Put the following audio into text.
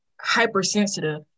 hypersensitive